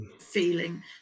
feeling